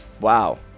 Wow